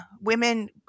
women